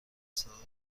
صداتون